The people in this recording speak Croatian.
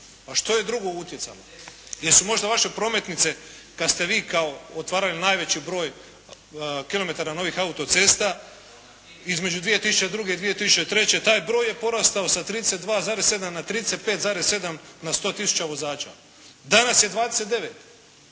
A što je drugo utjecalo? Jesu možda vaše prometnice kada ste vi kao otvarali najveći broj kilometara novih autocesta između 2003. i 2003. taj broj je porastao sa 32,7 na 35,7 na 100 tisuća vozača. Danas je 29.